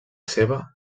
seva